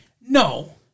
No